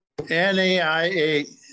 NAIA